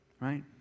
Right